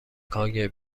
kgb